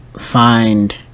find